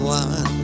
one